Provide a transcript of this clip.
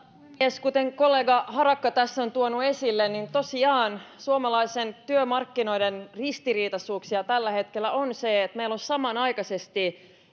puhemies kuten kollega harakka tässä on tuonut esille suomalaisen työmarkkinoiden ristiriitaisuuksia tällä hetkellä on tosiaan se että meillä on samanaikaisesti